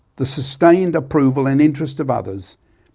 the sustained approval and interest of others,